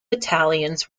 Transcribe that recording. battalions